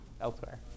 elsewhere